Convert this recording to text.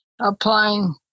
applying